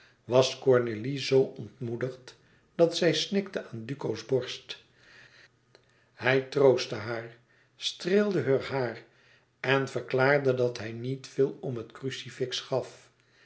was cornélie zoo ontmoedigd dat zij snikte aan duco's borst hij troostte haar streelde heur haar en verklaarde dat hij niet veel om het crucifix gaf